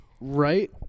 Right